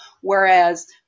Whereas